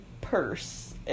purse